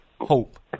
hope